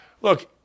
Look